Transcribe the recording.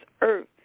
earth